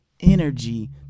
energy